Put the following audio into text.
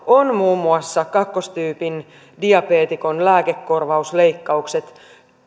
on muun muassa kakkostyypin diabeetikon lääkekorvausleikkaukset